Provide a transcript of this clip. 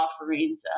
offerings